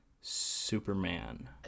Superman